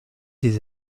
des